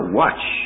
watch